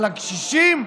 אבל לקשישים,